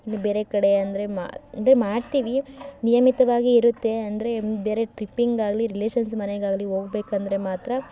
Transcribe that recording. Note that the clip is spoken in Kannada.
ಇನ್ನು ಬೇರೆ ಕಡೆ ಅಂದರೆ ಇದೆ ಮಾಡ್ತೀವಿ ನಿಯಮಿತವಾಗಿ ಇರುತ್ತೆ ಅಂದರೆ ಬೇರೆ ಟ್ರಿಪ್ಪಿಂಗಾಗಲಿ ರಿಲೇಷನ್ಸ್ ಮನೆಗಾಗಲಿ ಹೋಗ್ಬೇಕಂದ್ರೆ ಮಾತ್ರ